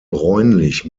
bräunlich